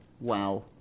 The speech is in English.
Wow